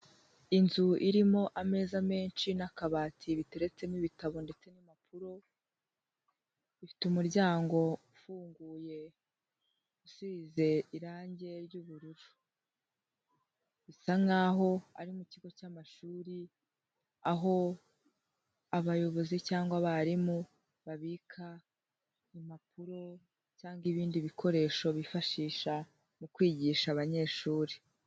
Inzu irimo ameza menshi n'akabati biteretsemo ibitabo ndetse n'impapuro, ifite umuryango ufunguye, usize irangi ry'ubururu, bisa nkaho ari mu kigo cy'amashuri, aho abayobozi cyangwa abarimu babika impapuro cyangwa ibindi bikoresho bifashisha mu kwigisha abanyeshuri.